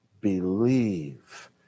Believe